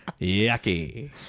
yucky